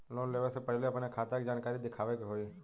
Loan लेवे से पहिले अपने खाता के जानकारी दिखावे के होई?